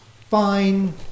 fine